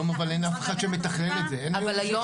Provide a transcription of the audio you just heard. אבל היום